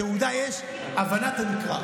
בתעודה יש הבנת הנקרא,